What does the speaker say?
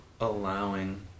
allowing